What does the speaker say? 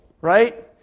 Right